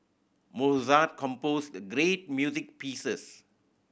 Mozart composed great music pieces